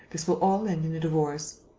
this will all end in a divorce.